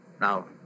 Now